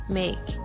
make